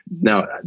now